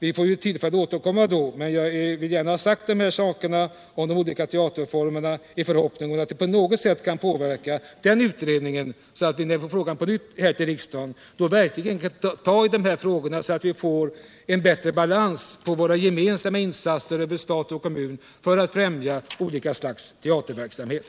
Vi får tillfälle att återkomma då, men jag har velat säga detta om de olika teaterformerna i förhoppning om att det på något sätt skall kunna påverka beredningsarbetet, så att vi när frågan kommer till riksdagen på nytt verkligen kan ta tag i den och få bättre balans i de insatser som stat och kommun gör för att främja olika slags teaterverksamhet.